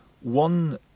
one